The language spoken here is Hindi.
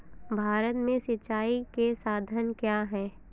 भारत में सिंचाई के साधन क्या है?